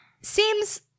seems